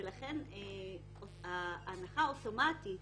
לכן ההנחה האוטומטית